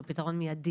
שהוא פתרון מיידי,